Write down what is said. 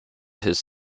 his